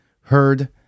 heard